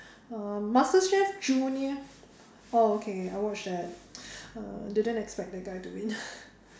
um masterchef junior oh okay I watched that I didn't expect the guy to win